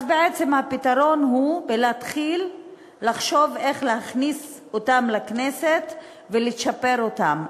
אז בעצם הפתרון הוא בלהתחיל לחשוב איך להכניס אותם לכנסת ולצ'פר אותם.